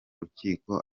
rukiko